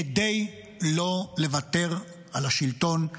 כדי לא לוותר על השלטון,